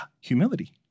humility